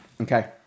Okay